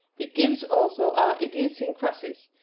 it gives also our idiosyncrasies.